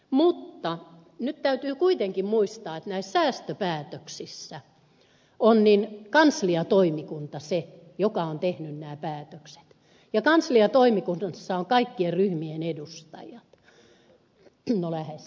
mutta nyt täytyy kuitenkin muistaa että kansliatoimikunta on se taho joka on tehnyt nämä päätökset ja kansliatoimikunnassa on lähes kaikkien ryhmien edustajat